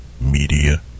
Media